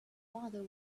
father